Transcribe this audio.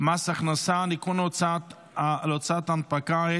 מס הכנסה (ניכוי הוצאות הנפקה),